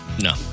No